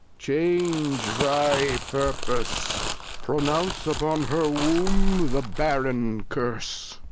change thy purpose pronounce upon her womb the barren curse,